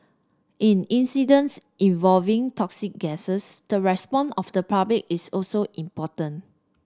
in incidents involving toxic gases the response of the public is also important